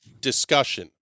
discussion